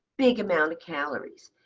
big amount of calories.